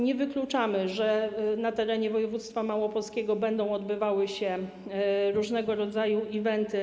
Nie wykluczamy, że na terenie województwa małopolskiego będą odbywały się różnego rodzaju eventy.